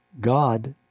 God